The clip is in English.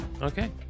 Okay